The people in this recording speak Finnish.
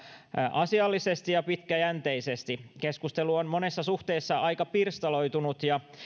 asiallisesti ja pitkäjänteisesti keskustelu on monessa suhteessa aika pirstaloitunut ja